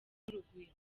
n’urugwiro